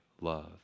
love